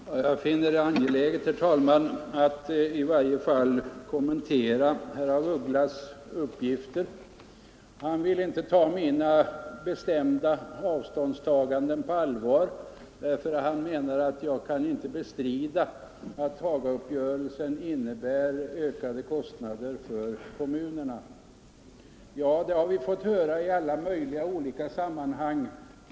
Herr talman! Jag finner det angeläget att i varje fall kommentera herr af Ugglas uppgifter. Han ville inte ta mina bestämda avståndstaganden på allvar, därför att han menar att jag inte kan bestrida att Hagauppgörelsen innebär ökade kostnader för kommunerna. Ja, det har vi fått höra i alla möjliga olika sammanhang.